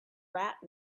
rat